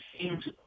seems